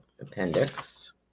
Appendix